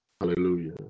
hallelujah